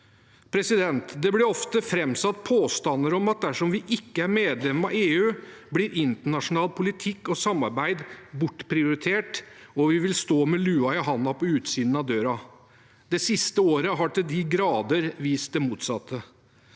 land. Det blir ofte framsatt påstander om at dersom vi ikke er medlem av EU, blir internasjonal politikk og samarbeid bortprioritert, og vi vil stå med lua i hånda på utsiden av døra. Det siste året har til de grader vist det motsatte.